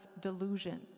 delusion